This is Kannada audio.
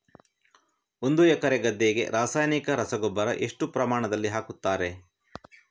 ಒಂದು ಎಕರೆ ಗದ್ದೆಗೆ ರಾಸಾಯನಿಕ ರಸಗೊಬ್ಬರ ಎಷ್ಟು ಪ್ರಮಾಣದಲ್ಲಿ ಹಾಕುತ್ತಾರೆ?